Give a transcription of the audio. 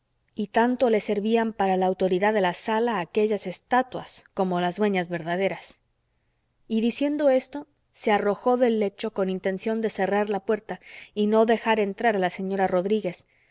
y tanto le servían para la autoridad de la sala aquellas estatuas como las dueñas verdaderas y diciendo esto se arrojó del lecho con intención de cerrar la puerta y no dejar entrar a la señora rodríguez